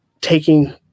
taking